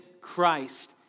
Christ